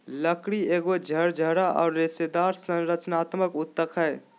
लकड़ी एगो झरझरा औरर रेशेदार संरचनात्मक ऊतक हइ